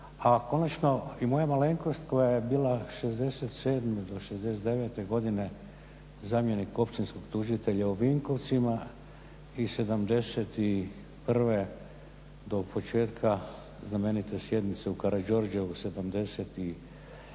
A konačno i moja malenkost koja je bila '67. do '69. godine zamjenik općinskog tužitelja u Vinkovcima i '71. do početka znamenite sjednice u Karađorđevu